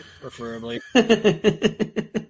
preferably